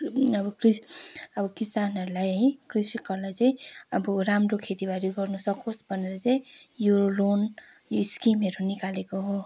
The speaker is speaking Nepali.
अब कृषि अब किसानहरूलाई है कृषकहरूलाई चाहिँ अब राम्रो खेती बारी गर्न सकोस भनेर चाहिँ यो लोन यो स्किमहरू निकालेको हो